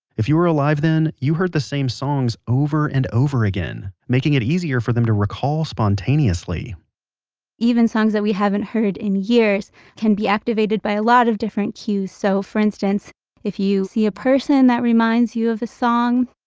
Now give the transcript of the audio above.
if you were alive then, you heard the same songs over and over again, making it easier for them to recall spontaneously even songs that we haven't heard in years can be activated by a lot of different cues. so for instance, like if you see a person that reminds you of a song.